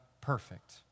perfect